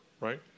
right